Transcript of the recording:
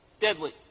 Deadly